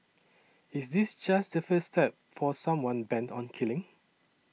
is this just the first step for someone bent on killing